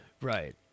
Right